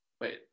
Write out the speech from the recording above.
Wait